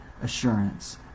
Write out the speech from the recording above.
assurance